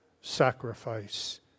sacrifice